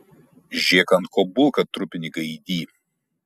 žėk ant ko bulką trupini gaidy